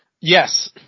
Yes